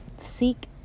seek